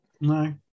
No